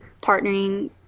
partnering